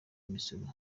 imisoro